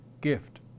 gift